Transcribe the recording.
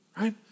right